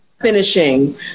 finishing